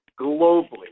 globally